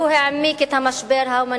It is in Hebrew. והוא העמיק את המשבר ההומניטרי,